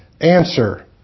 Answer